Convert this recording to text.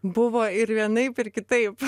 buvo ir vienaip ir kitaip